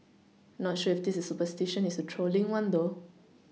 not sure if this superstition is a trolling one though